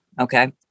okay